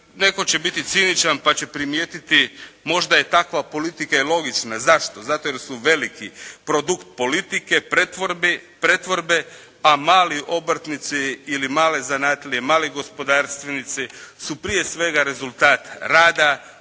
Netko će biti ciničan pa će primijetiti, možda je takva politika i logična. Zašto? Zato jer su veliki produkt politike pretvorbe, a mali obrtnici ili male zanatlije, mali gospodarstvenici su, prije svega rezultat rada,